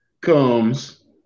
comes